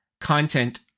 content